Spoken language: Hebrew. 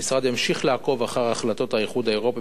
המשרד ימשיך לעקוב אחר החלטות האיחוד האירופי